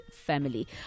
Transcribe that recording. family